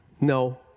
no